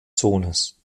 sohnes